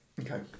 Okay